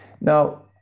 Now